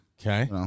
Okay